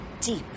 deep